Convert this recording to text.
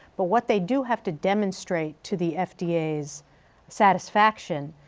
but what they do have to demonstrate to the fda's satisfaction,